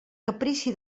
caprici